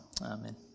amen